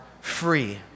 free